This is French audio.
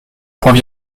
point